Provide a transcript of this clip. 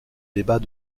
débats